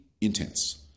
intense